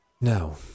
No